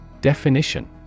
Definition